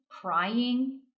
crying